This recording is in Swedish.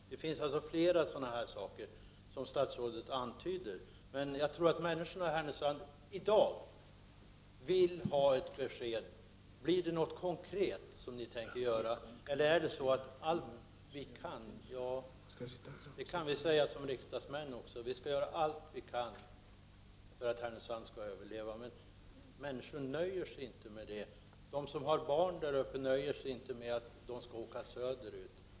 Det finns, som statsrådet antyder, flera sådana möjligheter. Jag tror dock att människorna i Härnösand i dag vill ha ett besked om huruvida ni tänker göra något konkret. Också vi riksdagsmän kan säga att vi skall göra allt vad vi kan för att Härnösand skall överleva, men människorna där nöjer sig inte med det. De vill inte att deras barn skall flytta söderut.